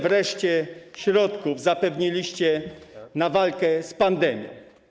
Wreszcie ile środków zapewniliście na walkę z pandemią?